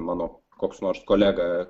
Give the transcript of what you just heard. mano koks nors kolega